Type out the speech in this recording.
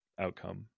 outcome